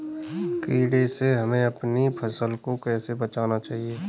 कीड़े से हमें अपनी फसल को कैसे बचाना चाहिए?